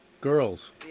Girls